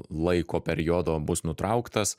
laiko periodo bus nutrauktas